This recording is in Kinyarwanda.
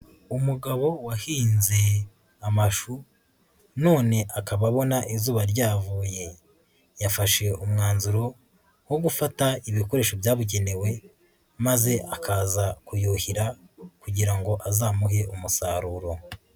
Umugabo wahinze amashu none akaba abona izuba ryavuye, yafashe umwanzuro wo gufata ibikoresho byabugenewe, maze akaza kuyuhira kugira ngo azamuhe umusaruro.